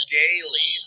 daily